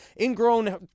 ingrown